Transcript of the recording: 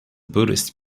buddhist